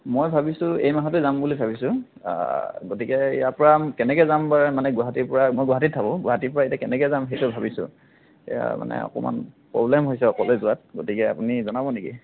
মই ভাবিছোঁ এই মাহতে যাম বুলি ভাবিছোঁ গতিকে ইয়াৰ পৰা কেনেকৈ যাম বা মানে গুৱাহাটীৰ পৰা মই গুৱাহাটীত থাকোঁ গুৱাহাটীৰ পৰা এতিয়া কেনেকৈ যাম সেইটো ভাবিছোঁ এতিয়া মানে অকণমান প্ৰব্লেম হৈছে অকলে যোৱাত গতিকে আপুনি জনাব নেকি